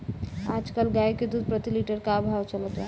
आज कल गाय के दूध प्रति लीटर का भाव चलत बा?